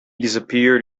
disappeared